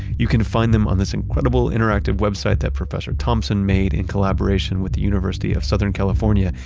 you can find them on this incredible interactive website that professor thompson made in collaboration with the university of southern california.